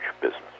business